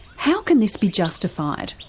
how can this be justified?